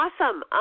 awesome